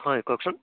হয় কওকচোন